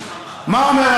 פרופסור ישעיהו ליבוביץ,